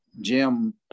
jim